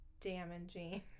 damaging